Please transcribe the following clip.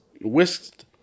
whisked